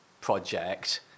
project